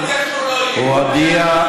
הוא הודיע,